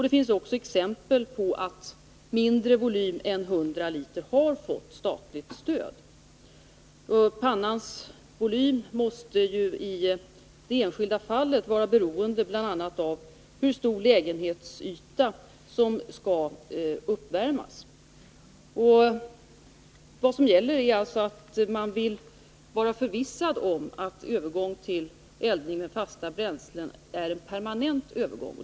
Det finns också exempel på att statligt stöd har utgått Nr 33 för mindre volym än 100 liter — pannans volym måste ju i det enskilda fallet Tisdagen den vara beroende av bl.a. hur stor lägenhetsyta det är som skall uppvärmas. 25 november 1980 Vad som gäller är alltså att man vill vara förvissad om att övergången till eldning med fasta bränslen är en permanent övergång.